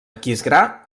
aquisgrà